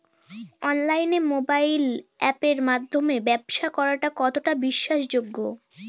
অনলাইনে মোবাইল আপের মাধ্যমে ব্যাবসা করা কতটা বিশ্বাসযোগ্য?